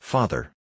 Father